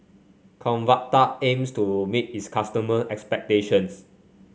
Convatec aims to meet its customer expectations